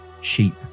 sheep